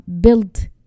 build